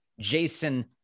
Jason